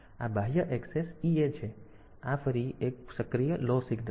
પછી આ બાહ્ય ઍક્સેસ EA છે તેથી આ ફરી એક સક્રિય લો સિગ્નલ છે